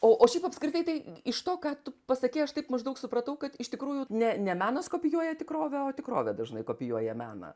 o o šiaip apskritai tai iš to ką tu pasakei aš taip maždaug supratau kad iš tikrųjų ne ne menas kopijuoja tikrovę o tikrovė dažnai kopijuoja meną